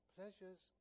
Pleasures